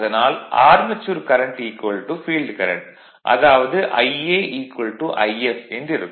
அதனால் armature current field current அதாவது Ia If என்றிருக்கும்